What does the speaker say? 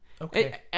Okay